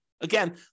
Again